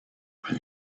when